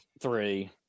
three